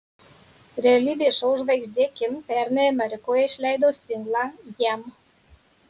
realybės šou žvaigždė kim pernai amerikoje išleido singlą jam